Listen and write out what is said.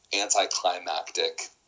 anticlimactic